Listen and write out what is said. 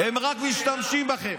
הם רק משתמשים בכם.